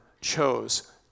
chose